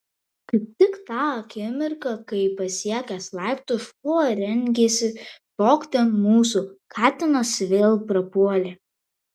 kaip tik tą akimirką kai pasiekęs laiptus šuo rengėsi šokti ant mūsų katinas vėl prapuolė